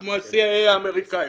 כמו ה-CIA האמריקאי,